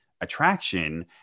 attraction